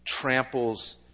tramples